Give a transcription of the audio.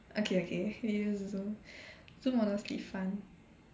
okay okay we use Zoom Zoom honestly fun